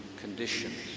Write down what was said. conditions